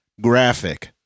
graphic